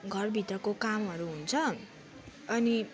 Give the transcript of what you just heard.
घरभित्रको कामहरू हुन्छ अनि